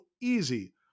easy